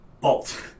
bolt